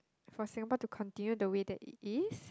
for Singapore to continue the way that it is